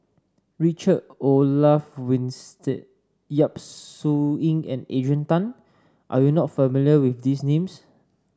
Richard Olaf Winstedt Yap Su Yin and Adrian Tan are you not familiar with these names